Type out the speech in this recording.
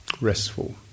restful